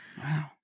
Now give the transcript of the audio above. Wow